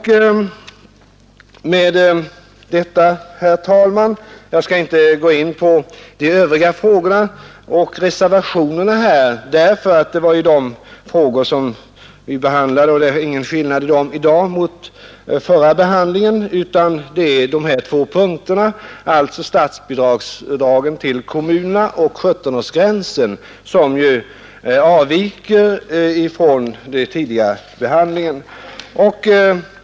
Jag skall inte gå in på de övriga frågorna och reservationerna, eftersom de redan har behandlats i kammaren. Det är endast beträffande frågorna om statsbidragen till kommunerna och 17-årsgränsen som behandlingen i det föreliggande utskottsbetänkandet avviker från det tidigare.